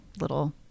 little